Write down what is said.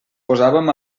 posàvem